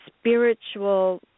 spiritual